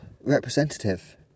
representative